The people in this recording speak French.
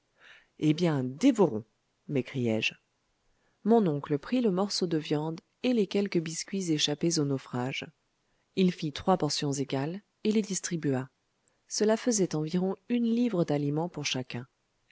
eh bien dévorons m'écriai-je mon oncle prit le morceau de viande et les quelques biscuits échappés au naufrage il fit trois portions égales et les distribua cela faisait environ une livre d'aliments pour chacun